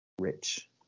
rich